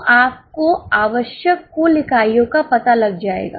तो आपको आवश्यक कुल इकाइयों का पता चल जाएगा